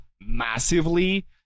massively